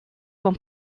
von